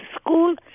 school